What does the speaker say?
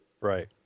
Right